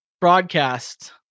broadcast